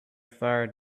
far